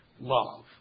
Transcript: Love